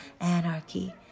anarchy